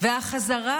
החזרה